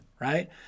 right